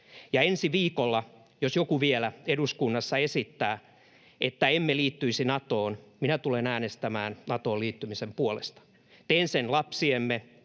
jos ensi viikolla joku vielä eduskunnassa esittää, että emme liittyisi Natoon, minä tulen äänestämään Natoon liittymisen puolesta. Teen sen lapsiemme